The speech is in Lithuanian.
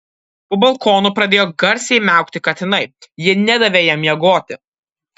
po balkonu pradėjo garsiai miaukti katinai jie nedavė jam miegoti